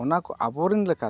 ᱚᱱᱟᱠᱚ ᱟᱵᱚᱨᱮᱱ ᱞᱮᱠᱟᱛᱮ